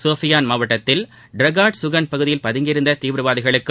சோபியான் மாவட்டத்தில் டிரகாட் சுகள் பகுதியில் பதுங்கியிருந்த தீவிரவாதிகளுக்கும்